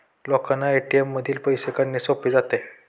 लोकांना ए.टी.एम मधून पैसे काढणे सोपे जाते